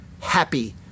happy